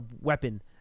weapon